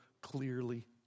clearly